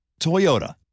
Toyota